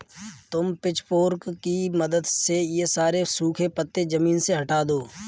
तुम पिचफोर्क की मदद से ये सारे सूखे पत्ते ज़मीन से हटा दो